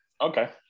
Okay